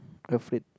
afraid